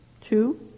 Two